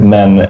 Men